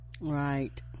right